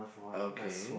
okay